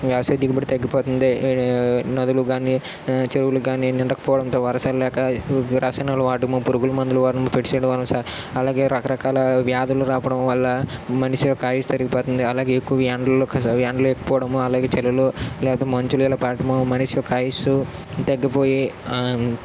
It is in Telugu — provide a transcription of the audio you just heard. వ్యవసాయ దిగుబడి తగ్గిపోతుంది నదులు కాని చెరువులకి కాని నిండకపోవడంతో వర్షం లేక రసాయనాలు వాడకము పురుగుల మందులు వాడకము పట్టిసెలు వలసా అలాగే రకరకాల వ్యాధులు వ్యాపడం వల్ల మనిషి యొక్క ఆయుష్షు తరిగిపోతుంది అలాగే ఎక్కువ ఎండల ఎండలు ఎక్కి పోవడము అలాగే చలులు మంచులు ఇలా పడటము మో మనిషి యొక్క ఆయుష్షు తగ్గిపోయి